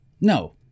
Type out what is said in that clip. No